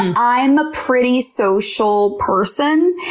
i'm i'm a pretty social person,